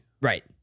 right